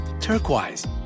turquoise